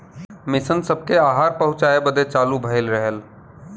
mission सबके आहार पहुचाए बदे चालू भइल रहल